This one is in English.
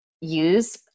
use